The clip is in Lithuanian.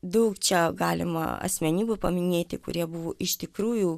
daug čia galima asmenybių paminėti kurie buvo iš tikrųjų